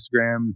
Instagram